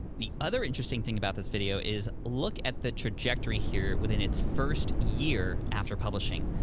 the other interesting thing about this video is look at the trajectory here within its first year after publishing.